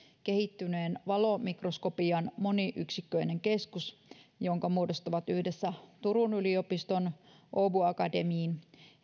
kehittyneen valomikroskopian moniyksikköinen keskus jonka muodostavat yhdessä turun yliopiston åbo akademin